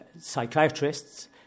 psychiatrists